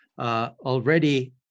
already